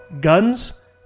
Guns